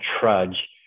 trudge